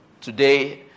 today